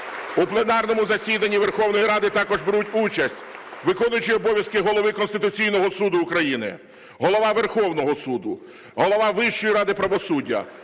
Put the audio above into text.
У пленарному засіданні Верховної Ради також беруть участь: виконуючий обов'язки Голови Конституційного Суду України, Голова Верховного Суду, Голова Вищої ради правосуддя,